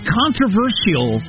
controversial